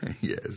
Yes